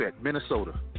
Minnesota